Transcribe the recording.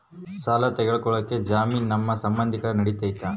ಸಾಲ ತೊಗೋಳಕ್ಕೆ ಜಾಮೇನು ನಮ್ಮ ಸಂಬಂಧಿಕರು ನಡಿತೈತಿ?